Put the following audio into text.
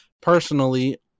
personally